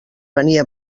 venia